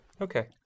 Okay